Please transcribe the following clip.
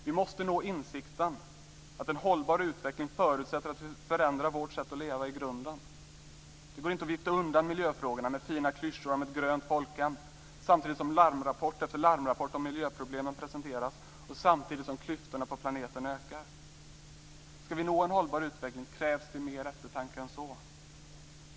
Vi måste nå insikten att en hållbar utveckling förutsätter att vi förändrar vårt sätt att leva i grunden. Det går inte att vifta undan miljöfrågorna med fina klyschor om ett grönt folkhem samtidigt som larmrapport efter larmrapport om miljöproblemen presenteras och samtidigt som klyftorna på planeten ökar. Ska vi nå en hållbar utveckling krävs det mer eftertanke än så.